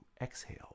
exhale